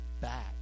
back